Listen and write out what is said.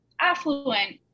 affluent